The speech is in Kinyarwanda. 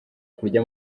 kurya